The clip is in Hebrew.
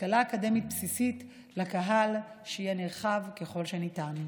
השכלה אקדמית בסיסית לקהל שיהיה נרחב ככל שניתן.